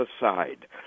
aside